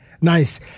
Nice